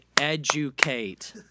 educate